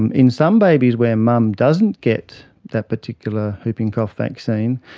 and in some babies where mum doesn't get that particular whooping cough vaccine,